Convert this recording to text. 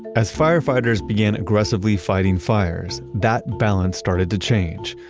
as firefighters began aggressively fighting fires, that balance started to change.